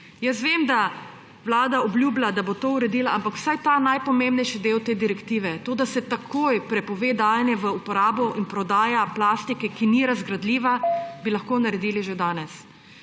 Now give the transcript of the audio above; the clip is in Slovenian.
Jaz vem, da Vlada obljublja, da bo to uredila, ampak vsak ta najpomembnejši del te direktive, to, da se takoj prepove dajanje v uporabo in prodaja plastike, ki ni razgradljiva, bi lahko naredili že danes